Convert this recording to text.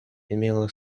имело